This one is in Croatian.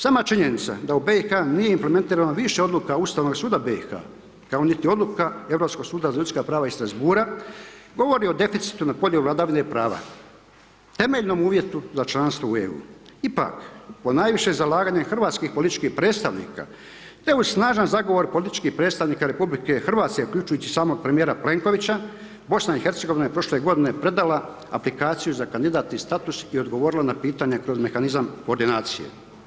Sama činjenica da u BiH nije implementirano više odluka Ustavnog suda BiH-a kao niti odluka Europskog suda za ljudska prava iz Strasbourga, govori o deficitu na podjeli vladavine prava temeljnom uvjetu za članstvo u EU, ipak ponajviše zalaganje hrvatskih političkih predstavnika te uz snažan zagovor političkih predstavnika RH uključujući samog premijera Plenkovića, BiH je prošle godine predala aplikaciju za kandidatni status i odgovorila na pitanje kroz mehanizam koordinacije.